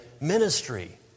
ministry